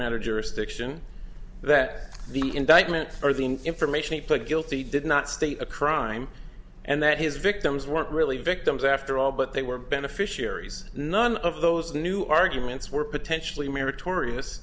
matter jurisdiction that the indictment or the information he pled guilty did not state a crime and that his victims weren't really victims after all but they were beneficiaries none of those new arguments were potentially m